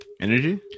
energy